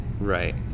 right